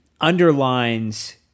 underlines